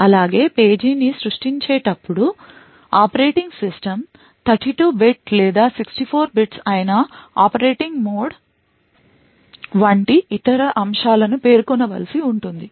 అలాగే పేజీని సృష్టించేటప్పుడు ఆపరేటింగ్ సిస్టమ్ 32 bit లేదా 64 bits అయినా ఆపరేటింగ్ మోడ్ వంటి ఇతర అంశాలను పేర్కొనవలసి ఉంటుంది